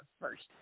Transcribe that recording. first